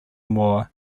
war